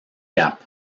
cap